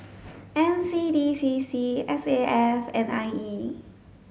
N C D C C S A F and I E